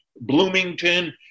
Bloomington